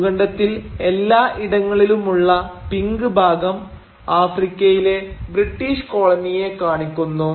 ഭൂഖണ്ഡത്തിൽ എല്ലായിടങ്ങളിലുമുള്ള പിങ്ക് ഭാഗം ആഫ്രിക്കയിലെ ബ്രിട്ടീഷ് കോളനിയെ കാണിക്കുന്നു